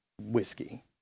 whiskey